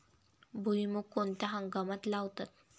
भुईमूग कोणत्या हंगामात लावतात?